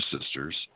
sisters